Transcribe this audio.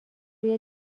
روی